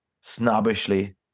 snobbishly